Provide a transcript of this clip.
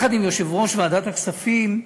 יחד עם יושב-ראש ועדת הכספים,